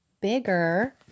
bigger